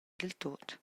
diltut